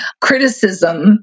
criticism